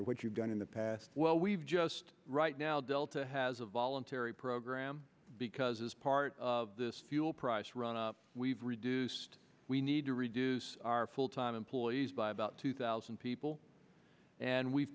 or what you've done in the past well we've just right now delta has a voluntary program because as part of this fuel price run up we've reduced we need to reduce our full time employees by about two thousand people and we've